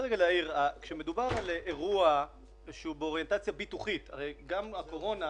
כשמדובר על אירוע שהוא באוריינטציה ביטוחית גם הקורונה